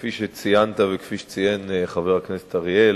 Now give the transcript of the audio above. כפי שציינת וכפי שציין חבר הכנסת אריאל,